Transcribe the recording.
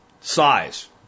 size